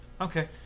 Okay